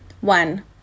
One